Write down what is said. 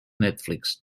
netflix